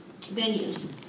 venues